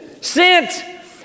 sent